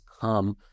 come